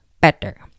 better